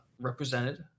represented